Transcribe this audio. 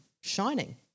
shining